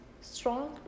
strong